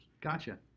Gotcha